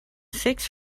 sixth